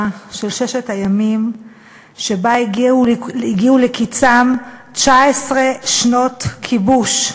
של ששת הימים שבה הגיעו לקצן 19 שנות כיבוש,